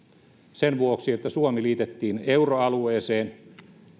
sen vuoksi että suomi liitettiin euroalueeseen